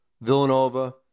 Villanova